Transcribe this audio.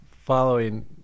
following